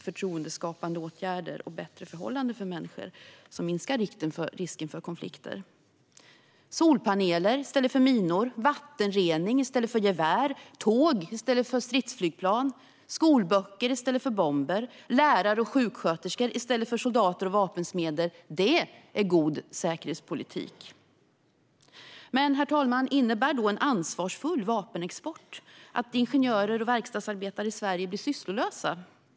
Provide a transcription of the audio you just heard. Förtroendeskapande åtgärder och bättre förhållanden för människor minskar risken för konflikter. Solpaneler i stället för minor, vattenrening i stället för gevär, tåg i stället för stridsflygplan, skolböcker i stället för bomber, lärare och sjuksköterskor i stället för soldater och vapensmeder - det är god säkerhetspolitik. Herr talman! Innebär då en ansvarsfull vapenexport att ingenjörer och verkstadsarbetare i Sverige blir sysslolösa?